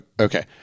okay